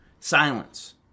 Silence